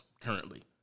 currently